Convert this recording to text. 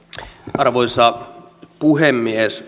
arvoisa puhemies